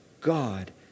God